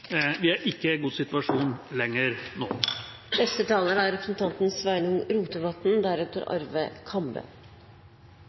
Vi er ikke i en god situasjon lenger nå. I sitt første innlegg sa representanten